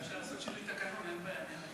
אולי אפשר לעשות שינוי תקנון, אין בעיה.